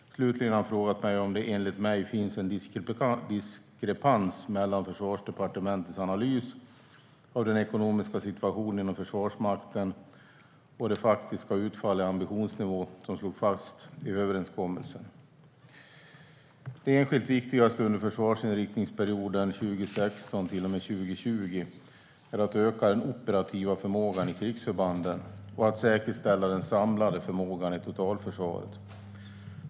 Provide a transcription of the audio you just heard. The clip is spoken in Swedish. Slutligen har han frågat mig om det enligt mig finns en diskrepans mellan Försvarsdepartementets analys av den ekonomiska situationen inom Försvarsmakten och det faktiska utfall i ambitionsnivå som slogs fast i överenskommelsen. Det enskilt viktigaste under försvarsinriktningsperioden 2016 till och med 2020 är att öka den operativa förmågan i krigsförbanden och att säkerställa den samlade förmågan i totalförsvaret.